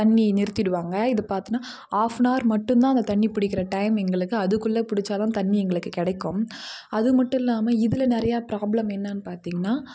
தண்ணி நிறுத்திடுவாங்க இது பாத்தோனா ஆஃப் அன் ஆர் மட்டும்தான் அந்த தண்ணி பிடிக்கிற டைம் எங்களுக்கு அதுக்குள்ளே பிடிச்சா தான் தண்ணி எங்களுக்கு கிடைக்கும் அதுமட்டுல்லாமல் இதில் நிறையா ப்ராப்ளம் என்னன்னு பார்த்திங்கனா